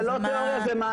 זה לא תיאוריה, זה מעשי.